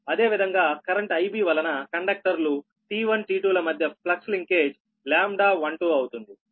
అదేవిధంగా current Ib వలన కండక్టర్లు T1T2 ల మధ్య ఫ్లక్స్లింకేజ్ λ12 అవుతుంది